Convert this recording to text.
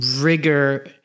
rigor